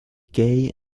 gay